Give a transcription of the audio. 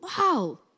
Wow